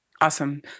Awesome